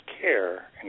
care